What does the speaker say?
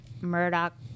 Murdoch